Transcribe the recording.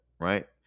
right